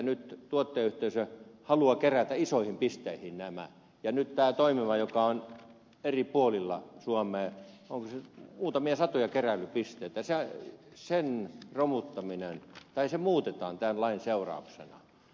nyt tuottajayhteisöt haluavat kerätä isoihin pisteisiin nämä jätteet ja nyt tämä toimiva järjestelmä jota on eri puolilla suomea onko niitä muutamia satoja keräilypisteitä muutetaan tämän lain seurauksena